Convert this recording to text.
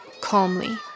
calmly